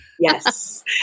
Yes